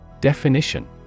Definition